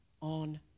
on